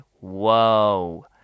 Whoa